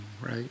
right